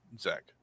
zach